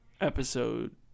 Episode